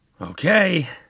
Okay